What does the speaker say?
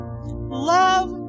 Love